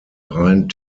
rein